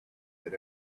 that